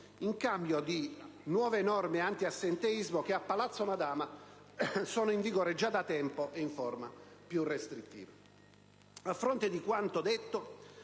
in cambio di nuove norme antiassenteismo, che a Palazzo Madama sono in vigore già da tempo e in forma più restrittiva;